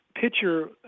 Picture